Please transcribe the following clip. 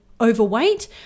overweight